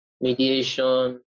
mediation